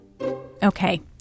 Okay